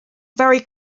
very